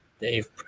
Dave